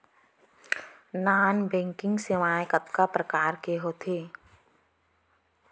non banking सेवाएं कतका प्रकार के होथे